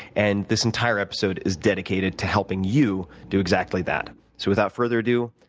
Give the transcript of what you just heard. and this entire episode is dedicated to helping you do exactly that. so without further ado,